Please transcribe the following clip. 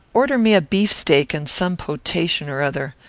order me a beef-steak, and some potation or other.